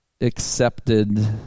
accepted